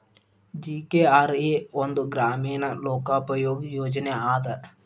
GKRA ಒಂದ ಗ್ರಾಮೇಣ ಲೋಕೋಪಯೋಗಿ ಯೋಜನೆ ಅದ